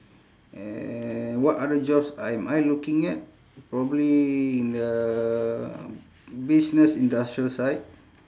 and what other jobs am I looking at probably in the business industrial side